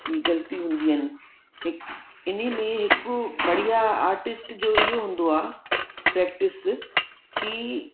ई ग़ल्तियूं हूंदियूं आहिनि इने में हिकु बढ़िया आर्टिस्ट जो हूंदो आहे प्रेक्टिस कि